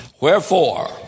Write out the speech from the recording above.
Wherefore